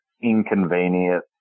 inconvenient